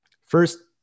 First